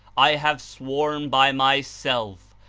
i have sworn by myself,